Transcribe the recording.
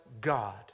God